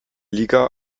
liga